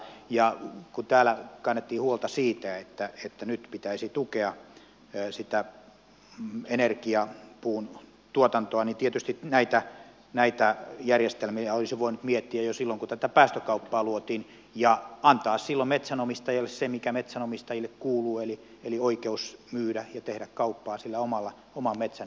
kun täällä kannettiin huolta siitä että nyt pitäisi tukea sitä energiapuun tuotantoa niin tietysti näitä järjestelmiä olisi voinut miettiä jo silloin kun tätä päästökauppaa luotiin ja antaa silloin metsänomistajille se mikä metsänomistajille kuuluu eli oikeus myydä ja tehdä kauppaa sillä oman metsän hiilensitomiskyvyllä